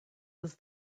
was